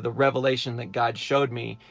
the revelation that god showed me.